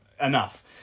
enough